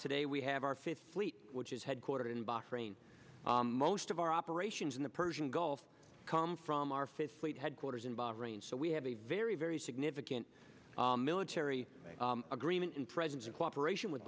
today we have our fifth fleet which is headquartered in box rain most of our operations in the persian gulf come from our fifth fleet headquarters in bahrain so we have a very very significant military agreement and presence in cooperation with